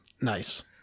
Nice